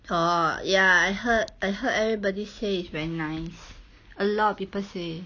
oh ya I heard I heard everybody say it's very nice a lot of people say